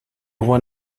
won